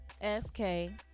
S-K